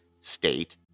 state